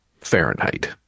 Fahrenheit